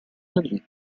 league